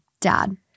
Dad